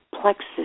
plexus